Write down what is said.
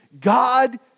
God